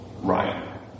Ryan